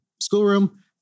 schoolroom